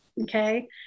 Okay